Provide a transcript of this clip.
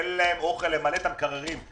אין להם אוכל למלא את המקררים שלהם.